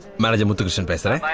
manager muthukrishnan but